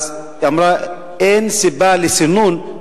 אמרה: אין סיבה לסינון.